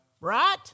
Right